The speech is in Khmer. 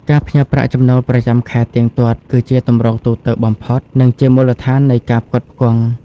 ការផ្ញើប្រាក់ចំណូលប្រចាំខែទៀងទាត់ គឺជាទម្រង់ទូទៅបំផុត និងជាមូលដ្ឋាននៃការផ្គត់ផ្គង់។